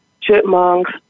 Chipmunks